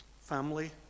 Family